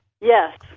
Yes